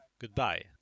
Goodbye